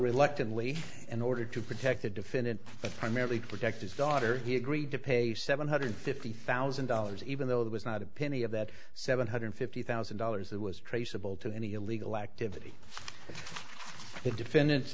reluctantly in order to protect the defendant primarily to protect his daughter he agreed to pay seven hundred fifty thousand dollars even though that was not a penny of that seven hundred fifty thousand dollars that was traceable to any illegal activity the defendant